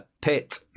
pit